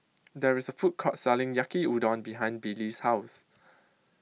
There IS A Food Court Selling Yaki Udon behind Billy's House